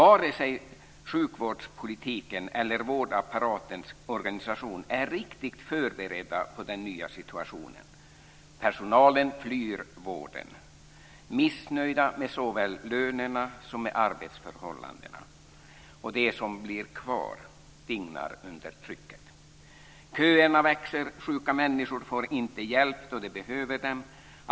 Vare sig sjukvårdspolitiken eller vårdapparatens organisation är riktigt förberedda på den nya situationen. Personalen flyr vården, missnöjda med såväl lönerna som arbetsförhållandena, och de som blir kvar dignar under trycket. Köerna växer, och sjuka människor får inte hjälp då de behöver den.